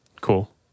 Cool